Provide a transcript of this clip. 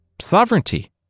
Sovereignty